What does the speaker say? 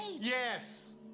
Yes